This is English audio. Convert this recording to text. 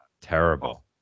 terrible